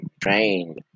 trained